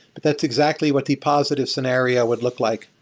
but that's exactly what the positive scenario would look like.